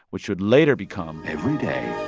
which would later become. every day,